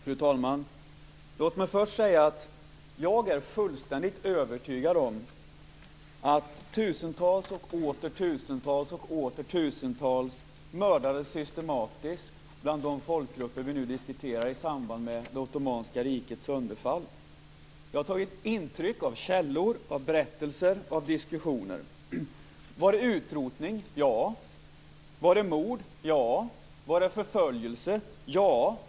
Fru talman! Låt mig först säga att jag är fullständigt övertygad om att tusentals och åter tusentals mördades systematiskt bland de folkgrupper vi nu diskuterar i samband med Ottomanska rikets sönderfall. Jag har tagit intryck av källor, av berättelser och av diskussioner. Var det utrotning? Ja. Var det mord? Ja. Var det förföljelse? Ja.